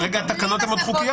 כרגע התקנות הן עוד חוקיות.